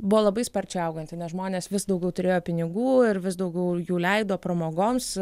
buvo labai sparčiai auganti nes žmonės vis daugiau turėjo pinigų ir vis daugiau jų leido pramogoms